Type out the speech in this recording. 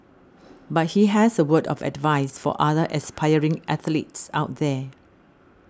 but he has a word of advice for other aspiring athletes out there